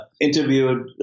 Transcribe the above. interviewed